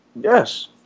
Yes